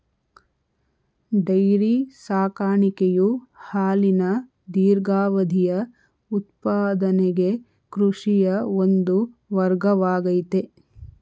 dairy ಸಾಕಾಣಿಕೆಯು ಹಾಲಿನ ದೀರ್ಘಾವಧಿಯ ಉತ್ಪಾದನೆಗೆ ಕೃಷಿಯ ಒಂದು ವರ್ಗವಾಗಯ್ತೆ